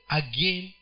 again